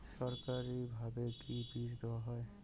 সরকারিভাবে কি বীজ দেওয়া হয়?